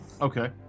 Okay